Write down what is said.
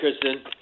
Kristen